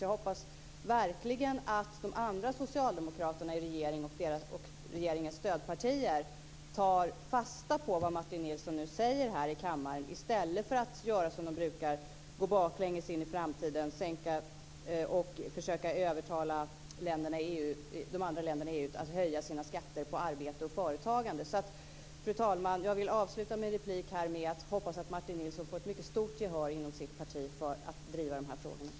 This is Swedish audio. Jag hoppas verkligen att de andra socialdemokraterna i regeringen och regeringens stödpartier tar fasta på vad Martin Nilsson nu säger i kammaren i stället för att göra som de brukar; gå baklänges in i framtiden och försöka övertala de andra länderna i EU att höja sina skatter på arbete och företagande. Jag vill därför, fru talman, avsluta min replik här med att säga att jag hoppas att Martin Nilsson får mycket stort gehör inom sitt parti för att driva de här frågorna.